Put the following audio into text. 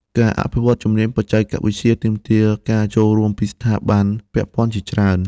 ការអភិវឌ្ឍជំនាញបច្ចេកវិទ្យាទាមទារការចូលរួមពីស្ថាប័នពាក់ព័ន្ធជាច្រើន។